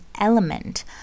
element